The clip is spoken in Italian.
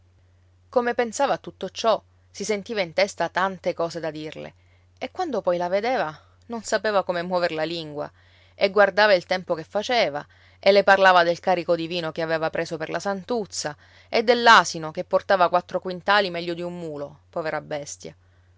come pensava a tutto ciò si sentiva in testa tante cose da dirle e quando poi la vedeva non sapeva come muover la lingua e guardava il tempo che faceva e le parlava del carico di vino che aveva preso per la santuzza e dell'asino che portava quattro quintali meglio di un mulo povera bestia